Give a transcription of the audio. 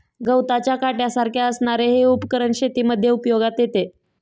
गवताच्या काट्यासारख्या असणारे हे उपकरण शेतीमध्ये उपयोगात येते